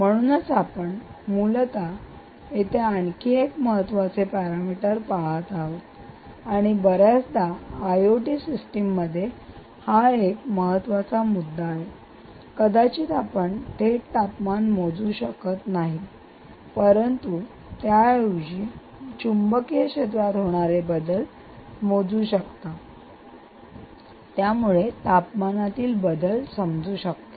म्हणूनच आपण मूलत येथे आणखी एक महत्त्वाचे पॅरामीटर पाहात आहोत आणि बर्याचदा आयओटी सिस्टममध्ये हा एक महत्वाचा मुद्दा आहे जो कदाचित आपण थेट तापमान थेट मोजू शकत नाही परंतु त्याऐवजी आपण चुंबकीय क्षेत्रात होणारे बदल मोजू शकतो ज्यामुळे तापमानातील बदल समजू शकतात